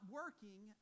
working